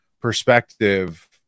perspective